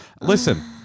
Listen